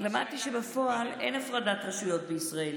למדתי שבפועל אין הפרדת רשויות בישראל.